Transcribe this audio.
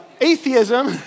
Atheism